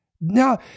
Now